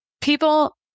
people